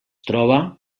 troba